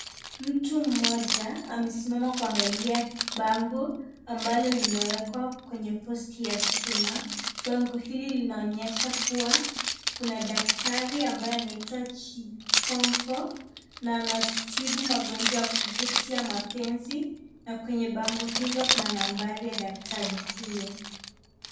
Mtu mmoja amesimama kuangalia bango ambalo limewekwa kwenye posti ya stima. Bango hili linaonyesha kuwa kuna daktari ambaye anaitwa Chokora na anawatibu magonjwa ya kupitia mapenzi na kwenye bango hilo kuna nambari ya daktari huyo.